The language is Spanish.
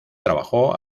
trabajó